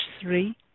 three